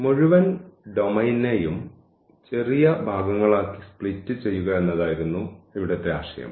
മുഴുവൻ ഡൊമെയ്നെയും ചെറിയ ഭാഗങ്ങളാക്കി സ്പ്ലിറ്റ് ചെയ്യുക എന്നതായിരുന്നു ഇവിടുത്തെ ആശയം